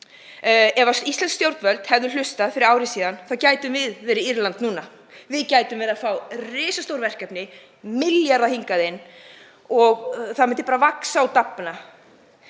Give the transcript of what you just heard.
Ef íslensk stjórnvöld hefðu hlustað fyrir ári síðan þá gætum við verið Írland núna. Við gætum fengið risastór verkefni, milljarða hingað inn og geirinn myndi vaxa og dafna.